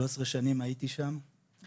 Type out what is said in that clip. הייתי שם 13 שנים.